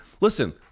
listen